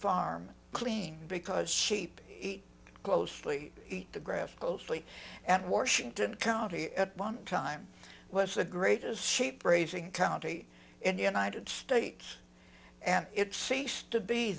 farm clean because sheep closely the grass closely and washington county at one time was the greatest shape grazing county in the united states and it ceased to be